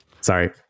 sorry